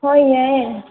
ꯍꯣꯏ ꯌꯥꯏꯌꯦ